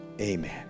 Amen